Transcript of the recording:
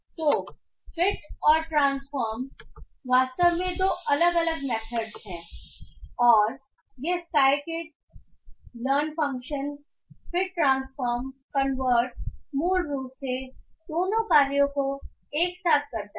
तो फिट और ट्रांसफॉर्म वास्तव में दो अलग अलग मेथड्स हैं और यह scikit learn function fit transform convert मूल रूप से दोनों कार्यों को एक साथ करता है